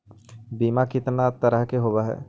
बीमा कितना तरह के होव हइ?